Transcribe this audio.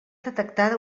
detectada